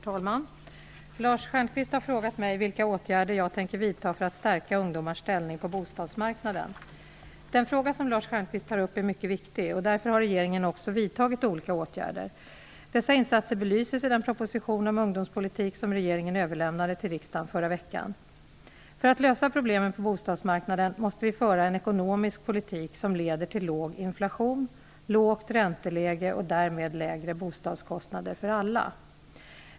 Herr talman! Lars Stjernkvist har frågat mig vilka åtgärder jag tänker vidta för att stärka ungdomars ställning på bostadsmarknaden. Den fråga som Lars Stjernkvist tar upp är mycket viktig. Därför har regeringen också vidtagit olika åtgärder. Dessa insatser belyses i den proposition om ungdomspolitik som regeringen överlämnade till riksdagen förra veckan. För att lösa problemen på bostadsmarknaden måste vi föra en ekonomisk politik som leder till låg inflation, lågt ränteläge och därmed lägre bostadskostnader för alla.